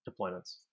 deployments